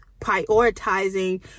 prioritizing